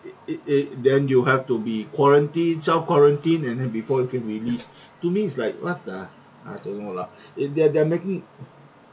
it it it then you have to be quarantined self-quarantine and then before you can release to me is like what the uh don't know lah it they're they're making